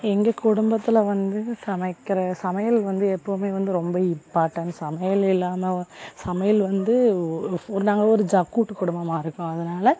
எங்கள் குடும்பத்தில் வந்து சமைக்கிற சமையல் வந்து எப்போவுமே வந்து ரொம்ப இம்பார்ட்டண்ட் சமையல் இல்லாமல் சமையல் வந்து ஒரு நாங்கள் ஒரு ஜ கூட்டு குடும்பமாக இருக்கோம் அதனால